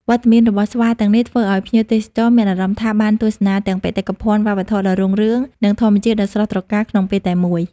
វត្តមានរបស់ស្វាទាំងនេះធ្វើឱ្យភ្ញៀវទេសចរមានអារម្មណ៍ថាបានទស្សនាទាំងបេតិកភណ្ឌវប្បធម៌ដ៏រុងរឿង និងធម្មជាតិដ៏ស្រស់ត្រកាលក្នុងពេលតែមួយ។